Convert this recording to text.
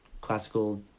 Classical